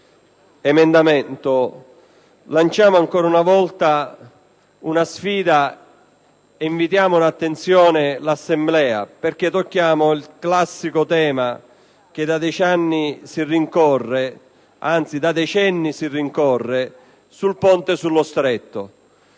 l'emendamento 2.86 lanciamo ancora una volta una sfida e richiamiamo l'attenzione dell'Assemblea, perché tocchiamo il classico tema, che da decenni si rincorre, relativo al ponte sullo Stretto.